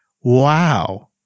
Wow